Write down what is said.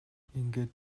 ингээд